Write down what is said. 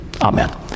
Amen